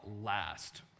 last